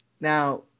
Now